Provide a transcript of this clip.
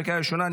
לקריאה ראשונה.